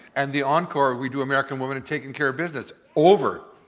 and the encore we do american woman, and takin' care of business. over.